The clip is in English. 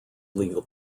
legal